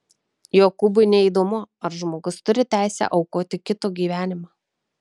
jokūbui neįdomu ar žmogus turi teisę aukoti kito gyvenimą